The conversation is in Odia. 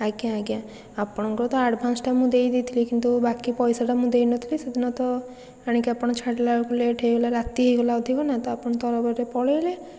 ଆଜ୍ଞା ଆଜ୍ଞା ଆପଣଙ୍କର ତ ଆଡ଼ଭାନ୍ସଟା ମୁଁ ଦେଇଦେଇଥିଲି କିନ୍ତୁ ବାକି ପଇସାଟା ମୁଁ ଦେଇନଥିଲି ସେଦିନ ତ ଆଣିକି ଆପଣ ଛାଡ଼ିଲା ବେଳକୁ ଲେଟ୍ ହେଇଗଲା ରାତି ହେଇଗଲା ଅଧିକ ନା ତ ଆପଣ ତରବରରେ ପଳେଇଲେ